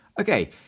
Okay